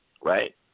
right